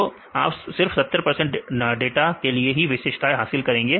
तो आप सिर्फ 70 डाटा के लिए ही विशेषताएं हासिल करेंगे